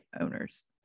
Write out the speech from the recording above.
owners